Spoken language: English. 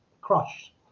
crushed